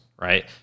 right